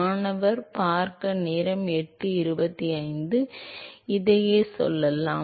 மாணவர் இதையே சொல்லலாம்